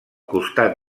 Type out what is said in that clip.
costat